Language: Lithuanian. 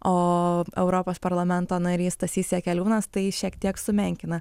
o europos parlamento narys stasys jakeliūnas tai šiek tiek sumenkina